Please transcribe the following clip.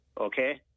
Okay